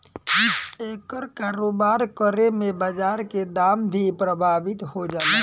एकर कारोबार करे में बाजार के दाम भी प्रभावित हो जाला